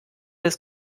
des